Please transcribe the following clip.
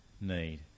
need